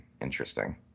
interesting